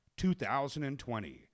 2020